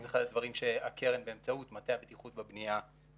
זה אחד הדברים שהקרן באמצעות מטה הבטיחות בבנייה מקדמים.